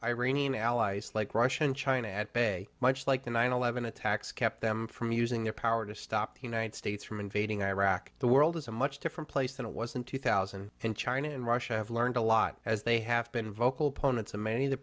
iranian allies like russia and china at bay much like the nine eleven attacks kept them from using their power to stop the united states from invading iraq the world is a much different place than it was in two thousand and china and russia have learned a lot as they have been vocal opponents of many of the